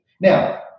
Now